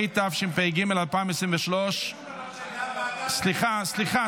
התשפ"ג 2023. סליחה,